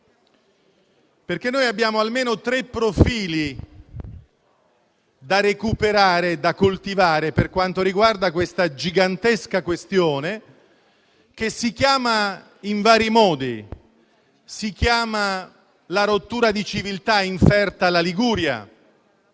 perché noi abbiamo almeno tre profili da recuperare e da coltivare per quanto riguarda questa gigantesca questione che si può definire in vari modi: «rottura di civiltà inferta alla Liguria»,